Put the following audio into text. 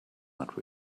not